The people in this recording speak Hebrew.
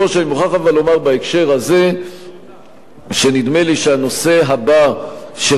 אני מוכרח לומר בהקשר הזה שנדמה לי שהנושא הבא שראוי